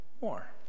more